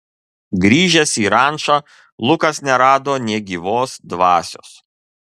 grįžęs į rančą lukas nerado nė gyvos dvasios